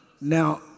now